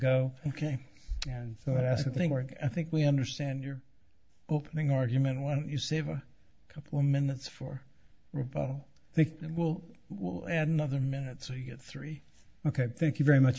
go ok and so that's the thing work i think we understand your opening argument why don't you save a couple minutes for they will will add another minute so you get three ok thank you very much